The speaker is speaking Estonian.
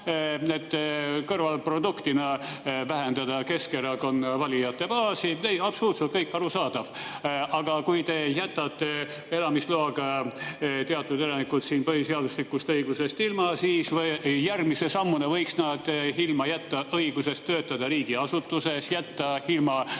Kõrvalproduktina vähendab see Keskerakonna valijate baasi. Absoluutselt kõik arusaadav. Aga kui te jätate teatud, elamisloaga elanikud siin põhiseaduslikust õigusest ilma, siis järgmise sammuna võiks nad jätta ilma õigusest töötada riigiasutuses, jätta ilma õigusest